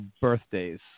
birthdays